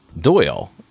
Doyle